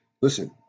listen